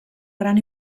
gran